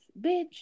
Bitch